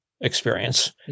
experience